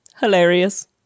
Hilarious